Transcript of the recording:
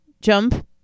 jump